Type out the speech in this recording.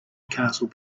castle